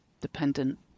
dependent